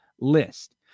list